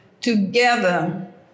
together